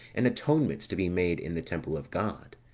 and atonements to be made in the temple of god.